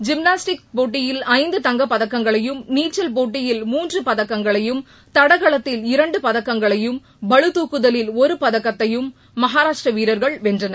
gymnastics போட்டியில் ஐந்து தங்கப்பதக்கங்களையும் நீச்சல் போட்டியில் முன்று பதக்கங்களையும் தடகளத்தில் இரண்டு பதக்கங்களையும் பளுதாக்குதலில் ஒரு பதக்கத்தையும் மகாராஷ்டிர வீரர்கள் வென்றனர்